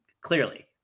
clearly